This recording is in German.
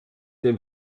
dem